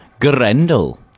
Grendel